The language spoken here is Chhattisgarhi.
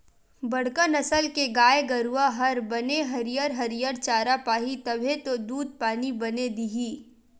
बड़का नसल के गाय गरूवा हर बने हरियर हरियर चारा पाही तभे तो दूद पानी बने दिही